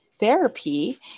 therapy